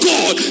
God